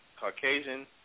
Caucasian